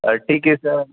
ठीक आहे सर